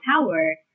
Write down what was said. power